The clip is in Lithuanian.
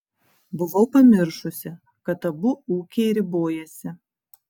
buvau pamiršusi kad abu ūkiai ribojasi